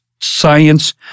science